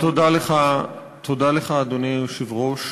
אדוני היושב-ראש,